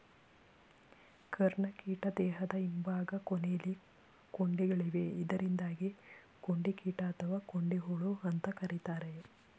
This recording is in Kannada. ಕರ್ಣಕೀಟ ದೇಹದ ಹಿಂಭಾಗ ಕೊನೆಲಿ ಕೊಂಡಿಗಳಿವೆ ಇದರಿಂದಾಗಿ ಕೊಂಡಿಕೀಟ ಅಥವಾ ಕೊಂಡಿಹುಳು ಅಂತ ಕರೀತಾರೆ